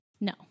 No